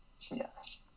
yes